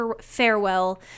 farewell